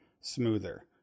smoother